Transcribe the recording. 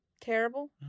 terrible